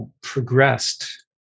progressed